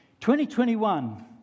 2021